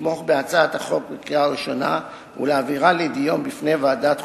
לתמוך בהצעת החוק בקריאה ראשונה ולהעבירה לדיון בפני ועדת החוקה,